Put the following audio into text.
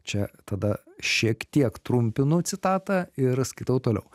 čia tada šiek tiek trumpinu citatą ir skaitau toliau